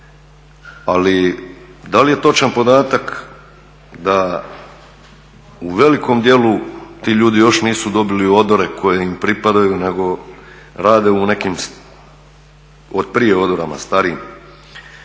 Ali da li je točan podatak da u velikom djelu ti ljudi još nisu dobili odore koje im pripadaju nego rade u nekim otprije odorama starijim.